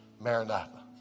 Maranatha